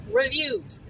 reviews